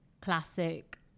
classic